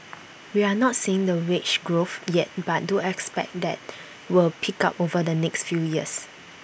we're not seeing the wage growth yet but do expect that will pick up over the next few years